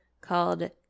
called